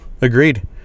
Agreed